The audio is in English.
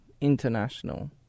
international